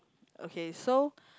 okay so